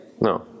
no